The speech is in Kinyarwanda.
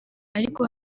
ariko